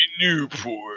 newport